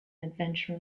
adventure